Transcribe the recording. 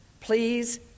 please